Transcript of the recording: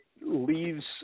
leaves